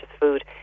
food